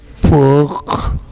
book